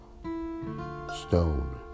stone